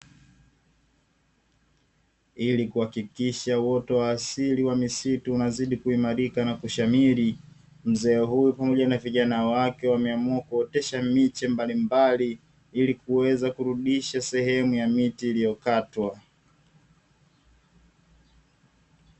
Ili kuhakisha uoto wa asili wa misitu unazidi kuimarika na kushamiri, mzee huyu na vijana wake wameamua kuotesha miche mbalimbali ili kuweza kurudisha sehemu ya miti iliokatwa.